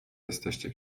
jesteście